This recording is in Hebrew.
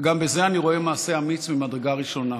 וגם בזה אני רואה מעשה אמיץ ממדרגה ראשונה,